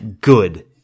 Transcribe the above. Good